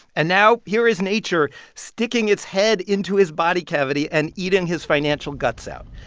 and now here is nature sticking its head into his body cavity and eating his financial guts out.